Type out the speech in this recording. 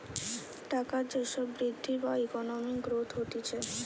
টাকার যে সব বৃদ্ধি বা ইকোনমিক গ্রোথ হতিছে